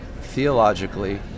theologically